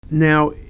Now